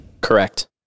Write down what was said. Correct